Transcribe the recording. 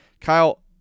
Kyle